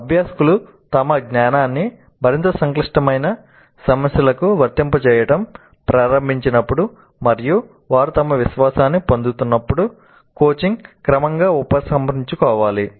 అభ్యాసకులు తమ జ్ఞానాన్ని మరింత సంక్లిష్టమైన సమస్యలకు వర్తింపచేయడం ప్రారంభించినప్పుడు మరియు వారు తమ విశ్వాసాన్ని పొందుతున్నప్పుడు కోచింగ్ క్రమంగా ఉపసంహరించుకోవాలి